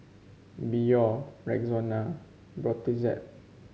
Biore Rexona Brotzeit